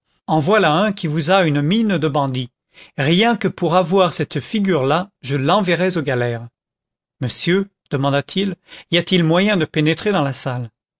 en voilà un qui vous a une mine de bandit rien que pour avoir cette figure-là je l'enverrais aux galères monsieur demanda-t-il y a-t-il moyen de pénétrer dans la salle